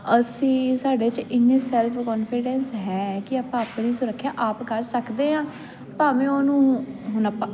ਅਸੀਂ ਸਾਡੇ 'ਚ ਇੰਨੇ ਸੈਲਫ ਕੋਨਫੀਡੈਂਸ ਹੈ ਕੀ ਆਪਾਂ ਆਪਣੀ ਸੁਰੱਖਿਆ ਆਪ ਕਰ ਸਕਦੇ ਆਂ ਭਾਵੇਂ ਉਹਨੂੰ ਹੁਣ ਆਪਾਂ